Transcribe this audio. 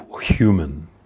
human